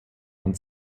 von